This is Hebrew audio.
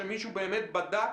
שמישהו באמת בדק,